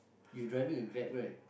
you driving a grab right